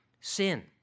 sin